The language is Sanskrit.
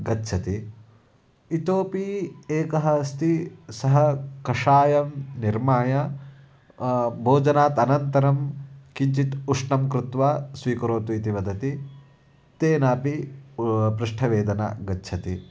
गच्छति इतोपि एकः अस्ति सः कषायं निर्माय भोजनात् अनन्तरं किञ्चित् उष्णं कृत्वा स्वीकरोतु इति वदति तेनापि पृष्ठवेदना गच्छति